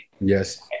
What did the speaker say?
Yes